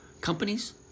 companies